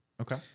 Okay